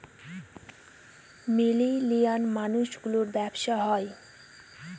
millennial মানুষ গুলোর ব্যাবসা হয়